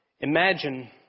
Imagine